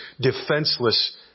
defenseless